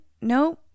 nope